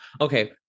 okay